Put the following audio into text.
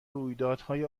رویدادهای